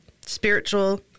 Spiritual